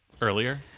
earlier